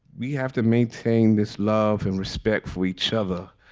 we have to maintain this love and respect for each other,